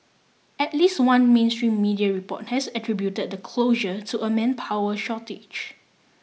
at least one mainstream media report has attributed the closure to a manpower shortage